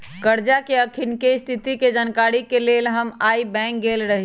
करजा के अखनीके स्थिति के जानकारी के लेल हम आइ बैंक गेल रहि